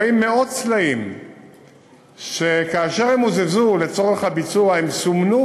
רואים מאות סלעים שכאשר הם הוזזו לצורך הביצוע הם סומנו